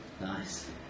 Nice